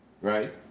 right